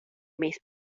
mis